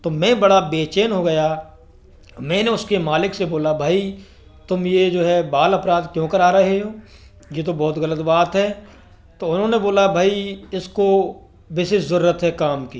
तो मैं बड़ा बेचैन हो गया मैंने उसके मालिक से बोला भाई तुम ये जो है बाल अपराध क्यों करा रहे हो ये तो बहुत गलत बात है तो उन्होंने बोला भाई इसको विशेष जरुरत है काम की